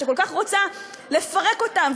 שכל כך רוצה לפרק אותם,